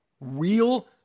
real